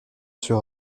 sur